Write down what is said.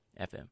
FM